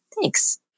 Thanks